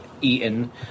eaten